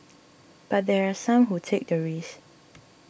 but there are some who take the risk